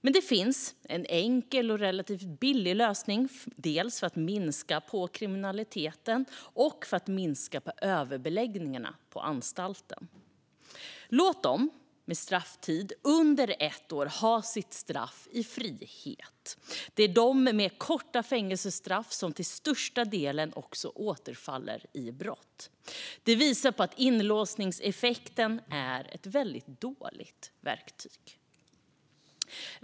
Men det finns en enkel och relativt billig lösning för att minska kriminaliteten och för att minska överbeläggningarna på anstalterna. Låt dem med en strafftid på under ett år ha sitt straff i frihet! Det är de med korta fängelsestraff som till största delen återfaller i brott. Det visar på att inlåsningsstraffet är ett väldigt dåligt verktyg.